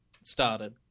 started